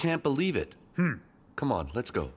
can't believe it come on let's